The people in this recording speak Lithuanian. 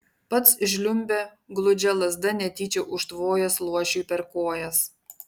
pats žliumbė gludžia lazda netyčia užtvojęs luošiui per kojas